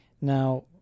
Now